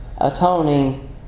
atoning